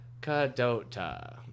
Cadota